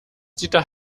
dieter